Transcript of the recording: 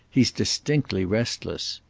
he's distinctly restless.